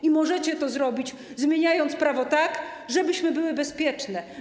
I możecie to zrobić, zmieniając prawo tak, żebyśmy były bezpieczne.